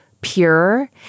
pure